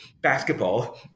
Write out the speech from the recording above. basketball